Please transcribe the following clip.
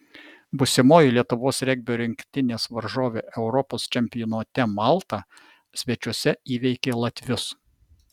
būsimoji lietuvos regbio rinktinės varžovė europos čempionate malta svečiuose įveikė latvius